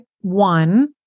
one